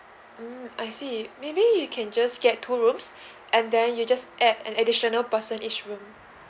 mm I see maybe you can just get two rooms and then you just add an additional person each room